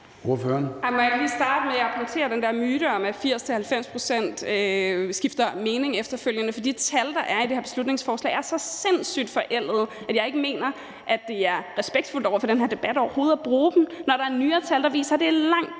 Må jeg ikke lige starte med at punktere den der myte om, at 80-90 pct. skifter mening efterfølgende. De tal, der er i det her beslutningsforslag, er så sindssygt forældede, at jeg ikke mener, at det er respektfuldt over for den her debat overhovedet at bruge dem, når der er nyere tal, der viser, at det er langt,